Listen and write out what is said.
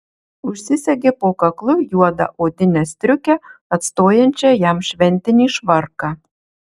užsisegė po kaklu juodą odinę striukę atstojančią jam šventinį švarką